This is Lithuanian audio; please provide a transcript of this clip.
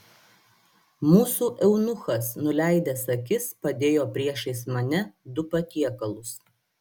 mūsų eunuchas nuleidęs akis padėjo priešais mane du patiekalus